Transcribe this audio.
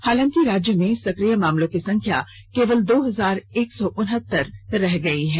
हालांकि राज्य में सक्रिय मामलों की संख्या केवल दो हजार एक सौ उनहतर रह गयी है